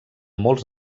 molts